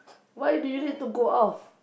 why do you need to go off